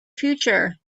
future